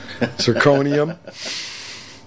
zirconium